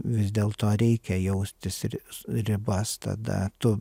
vis dėl to reikia jaustis ir ribas tada tu